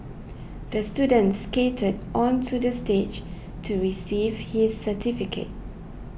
the student skated onto the stage to receive his certificate